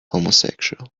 homosexual